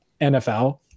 NFL